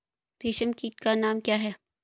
रेशम कीट का नाम क्या है?